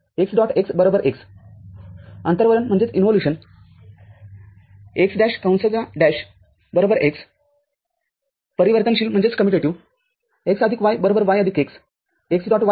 x x अंतर्वलन x" x परिवर्तनशील x y y x x